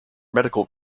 medical